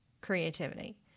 creativity